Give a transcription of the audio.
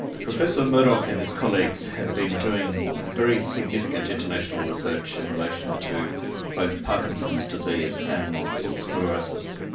professor murdoch and his colleagues had been doing very significant international research in relation to both parkinson's disease and multiple sclerosis.